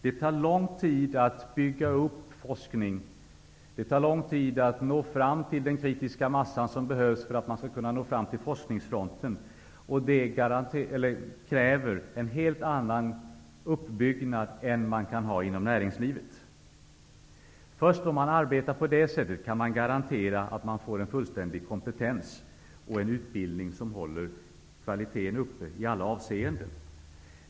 Det tar lång tid att bygga upp forskning, att erhålla den kritiska massa som behövs för att man skall kunna nå fram till forskningsfronten, och det kräver en helt annan uppbyggnad än man kan ha inom näringslivet. Först om man arbetar på det sättet kan man garantera en fullständig kompetens och en utbildning som håller kvaliteten uppe i alla avseenden.